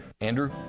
Andrew